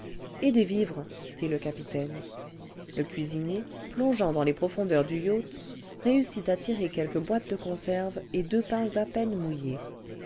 cc'et dés vivres dit le capitaine le cuisinier plon plon dans les profondeurs du yacht réussit à tirer quelques boîtes de conserves et deux pains à peine mouillés